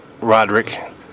Roderick